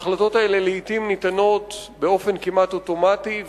ההחלטות האלה לעתים ניתנות באופן כמעט אוטומטי,